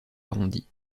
arrondie